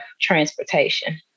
transportation